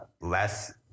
less